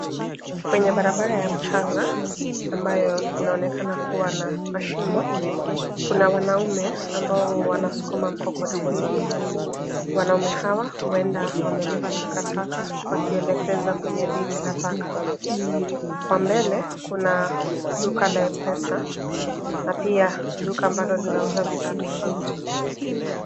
Kwenye barabara ya mchanga ambayo inaonekana kuwa na mashimo kuna wanaume ambao wanasukuma mkokoteni. Wanaume hawa huenda wamebeba taka taka wakielekeza kwenye biwi la taka. Kwa mbele kuna duka la mpesa na pia duka ambalo linauza bidhaa tofauti.